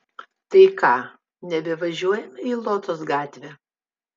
tai ką nebevažiuojame į lotos gatvę